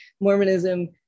Mormonism